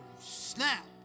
snap